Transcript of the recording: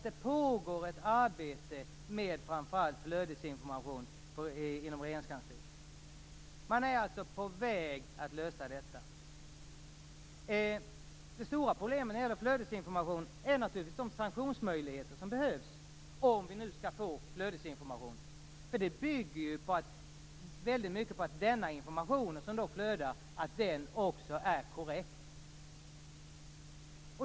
Det pågår ett arbete med framför allt flödesinformation inom Regeringskansliet. Man är alltså på väg att lösa detta. Det stora problemet när det gäller flödesinformation är naturligtvis de sanktionsmöjligheter som behövs om vi nu skall få flödesinformation. Det bygger väldigt mycket på att den information som flödar också är korrekt.